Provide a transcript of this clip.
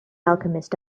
alchemist